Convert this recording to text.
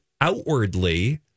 outwardly